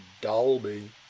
Dolby